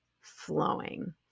flowing